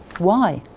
why?